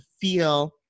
feel